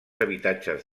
habitatges